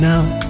Now